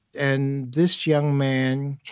and this young man